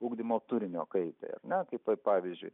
ugdymo turinio kaitai ar ne kaip pavyzdžiui